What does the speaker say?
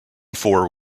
four